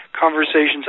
conversations